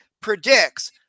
predicts